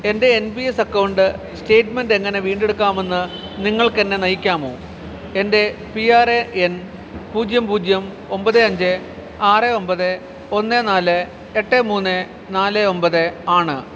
എൻ്റെ N P S account statement എങ്ങനെ വീണ്ടെടുക്കാമെന്ന് നിങ്ങൾക്ക് എന്നെ നയിക്കാമോ എൻ്റെ പി ആർ എ എൻ പൂജ്യം പൂജ്യം ഒമ്പത് അഞ്ച് ആറ് ഒമ്പത് ഒന്ന് നാല് എട്ട് മൂന്ന് നാല് ഒമ്പത് ആണ്